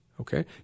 Okay